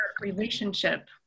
relationship